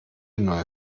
neue